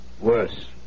Worse